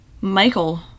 Michael